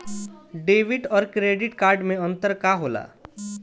Debit और credit card मे अंतर का होला?